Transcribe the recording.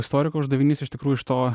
istoriko uždavinys iš tikrųjų iš to